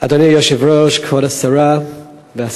אדוני היושב-ראש, כבוד השרה והשר,